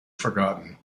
forgotten